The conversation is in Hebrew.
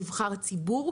נבחר ציבור,